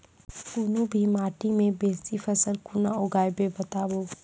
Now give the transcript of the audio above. कूनू भी माटि मे बेसी फसल कूना उगैबै, बताबू?